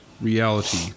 reality